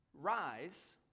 rise